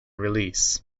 release